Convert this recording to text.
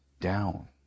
down